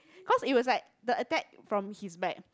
cause it was like the attack from his back